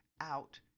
out